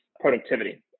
productivity